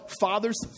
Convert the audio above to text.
fathers